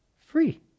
free